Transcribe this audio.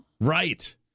Right